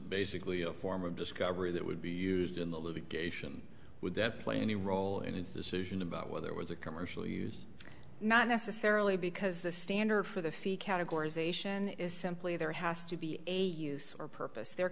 basically a form of discovery that would be used in the litigation would that play any role in its decision about whether it was a commercial use not necessarily because the standard for the fee categories ation is simply there has to be a use or purpose there